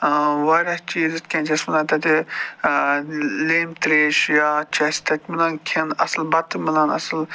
واریاہ چیٖز یِتھٕ کٔنۍ چھِ اَسہِ میلان تَتہِ لیٚم ترٛیِش یا چھِ اَسہِ تَتہِ میلان کھیٚن اصٕل بَتہٕ تہِ میلان اَصٕل